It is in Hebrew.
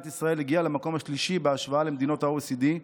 ישראל הגיעה למקום השלישי בהשוואה למדינות ה-OECD.